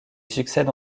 succède